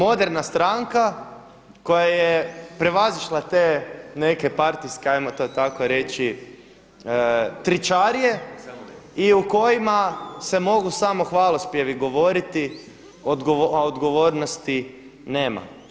Oni su moderna stranka koja je prevazišla te neke partijske ajmo to tako reći tričarije i u kojima se mogu samo hvalospjevi govoriti, a odgovornosti nema.